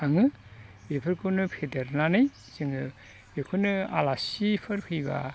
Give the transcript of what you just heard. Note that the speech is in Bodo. खाङो बेफोरखौनो फेदेरनानै जोङो बेखौनो आलासिफोर फैब्ला